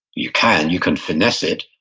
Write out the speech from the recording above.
you can. you can finesse it.